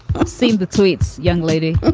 i've seen the tweets, young lady